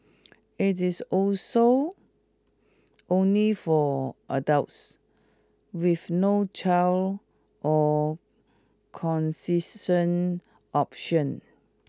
it is also only for adults with no child or concession option